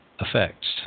effects